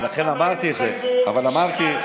אבל אמרתי,